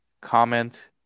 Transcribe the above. comment